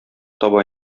таба